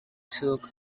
took